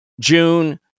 June